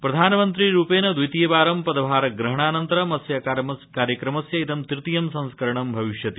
प्रधानमन्त्री रूपेण द्वितीय वारं पदभास्ग्रहणानन्तरंम् अस्य कार्यक्रमस्य इदं तृतीयं संस्करणं भविष्यति